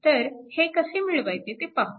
तर हे कसे मिळवायचे ते पाहू